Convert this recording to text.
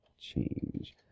change